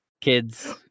Kids